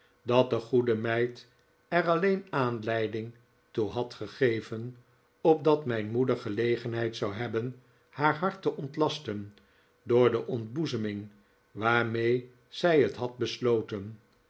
dat de goede meid er alleen aanleiding toe had gegeven opdat mijn moeder gelegenheid zou hebben haar hart te ontlasten door de ontboezeming waarmee zij het had besloten